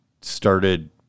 started –